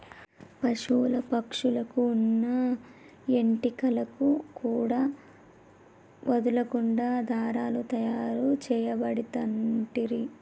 పశువుల పక్షుల కు వున్న ఏంటి కలను కూడా వదులకుండా దారాలు తాయారు చేయబడుతంటిరి